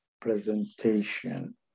presentation